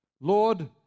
Lord